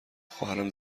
خواهرم